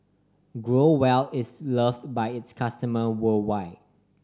Growell is loved by its customer worldwide